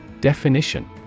Definition